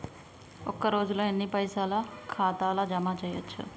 ఒక రోజుల ఎన్ని పైసల్ ఖాతా ల జమ చేయచ్చు?